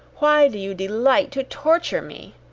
why do you delight to torture me?